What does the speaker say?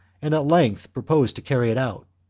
and at length promised to carry it out.